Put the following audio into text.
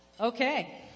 Okay